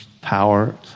power